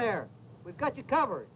there we've got you covered